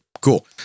Cool